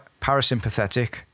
Parasympathetic